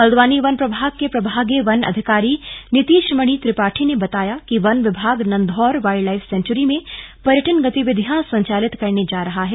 हल्द्वानी वन प्रभाग के प्रभागीय वन अधिकारी नीतीश मणि त्रिपाठी ने बताया कि वन विभाग नंधौर वाइल्ड लाइफ सेंचुरी में पर्यटन गतिविधियां संचालित करने जा रहा है